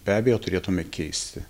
be abejo turėtumėme keisti